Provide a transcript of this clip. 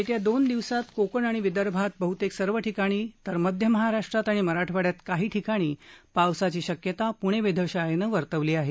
येत्या दौन दिवसात कोकण आणि विदर्भात बहुतेक सर्व ठिकाणी तर मध्य महाराष्ट्रात आणि मराठवाड्यात काही ठिकाणी पावसाची शक्यता पुणे वेधशाळेनं वर्तवली आहे